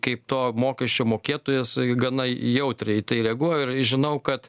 kaip to mokesčio mokėtojas gana jautriai reaguoju ir žinau kad